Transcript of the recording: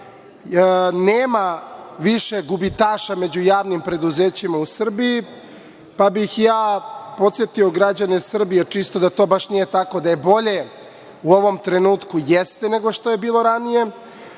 nema više gubitaša među javnim preduzećima u Srbiji, pa bih ja podsetio građane Srbije čisto da to baš nije tako. Da je bolje u ovom trenutku, jeste, nego što je bilo ranije,